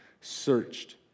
searched